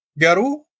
Garu